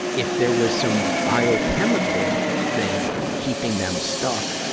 if there was some biochemical thing keeping them stuck,